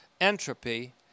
entropy